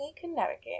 Connecticut